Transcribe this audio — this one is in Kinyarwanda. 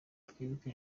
twibuke